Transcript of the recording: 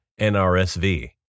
NRSV